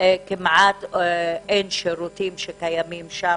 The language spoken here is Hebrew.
כמעט אין שירותים שקיימים שם,